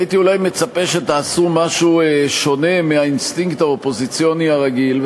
הייתי אולי מצפה שתעשו משהו שונה מהאינסטינקט האופוזיציוני הרגיל,